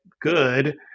good